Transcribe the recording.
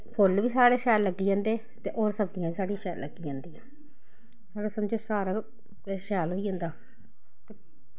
फुल्ल बी साढ़े शैल लग्गी जंदे ते होर सब्जियां बी साढ़ियां सैल लग्गी जंदियां समझो सारा किश गै शैल होई जंदा